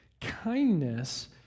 kindness